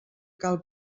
cal